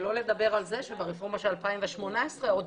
שלא לדבר על זה שברפורמה של 2018 עוד